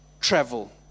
travel